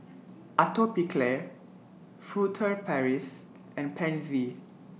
Atopiclair Furtere Paris and Pansy